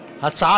ברקו,